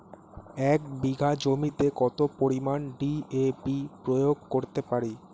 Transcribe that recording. এক বিঘা জমিতে কত পরিমান ডি.এ.পি প্রয়োগ করতে পারি?